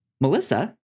Melissa